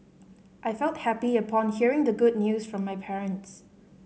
I felt happy upon hearing the good news from my parents